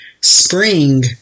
spring